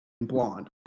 Blonde